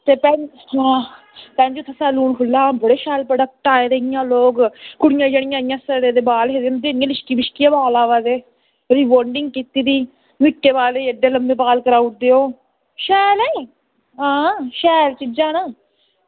ते हून भैन जी सैलून खु'ल्ला बड़े शैल प्रोडक्ट आए हे इंया लोग कुड़ियां जेह्दे सड़े दे बाल हे उंदे इंया लिशकी बिशकी बाल आवा दे बोंदिंग कीती दी निक्के बालें ई ओह् एड्डे बड्डे बाल कराई ओड़दे शैल ऐ नी आं शैल चीज़ां न दिक्खने सुनने आह्लियां चीज़ां न